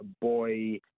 Boy